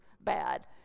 bad